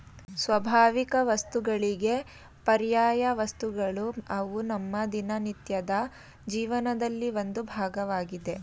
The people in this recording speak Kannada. ಸ್ವಾಭಾವಿಕವಸ್ತುಗಳಿಗೆ ಪರ್ಯಾಯವಸ್ತುಗಳು ಅವು ನಮ್ಮ ದಿನನಿತ್ಯದ ಜೀವನದಲ್ಲಿ ಒಂದು ಭಾಗವಾಗಿದೆ